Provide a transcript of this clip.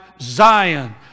Zion